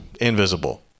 invisible